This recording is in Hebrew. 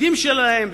והידידים שלהם,